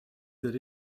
that